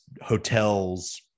hotels